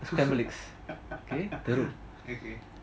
scramble eggs okay வரும்:varum